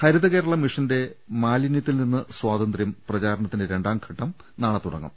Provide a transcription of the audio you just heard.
ഹരിത കേരളം മിഷന്റെ മാലിന്യത്തിൽ നിന്ന് സ്വാതന്ത്ര്യം പ്രചാരണത്തിന്റെ രണ്ടാംഘട്ടം നാളെ തുടങ്ങും